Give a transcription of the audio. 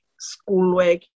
schoolwork